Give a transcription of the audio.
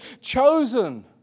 chosen